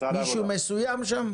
מישהו מסוים שם?